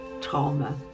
trauma